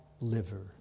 liver